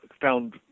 found –